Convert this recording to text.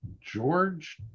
George